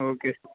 okay sir